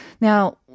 Now